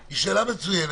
אז 13:00. יוכי,